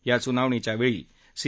या सुनावणीच्या वेळी सी